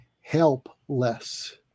Helpless